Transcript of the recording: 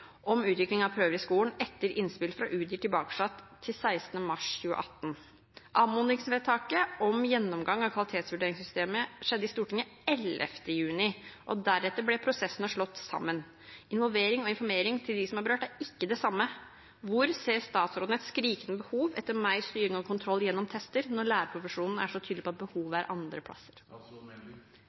om utvikling av prøver i skolen etter innspill fra Utdanningsdirektoratet tilbake til 16. mars 2018. Anmodningsvedtaket om gjennomgang av kvalitetsvurderingssystemet skjedde i Stortinget 11. juni, og deretter ble prosessene slått sammen. Involvering og informering til de som er berørt, er ikke det samme. Hvor ser statsråden et skrikende behov etter mer styring og kontroll gjennom tester når lærerprofesjonen er så tydelig på at behovet er andre plasser?